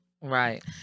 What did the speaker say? right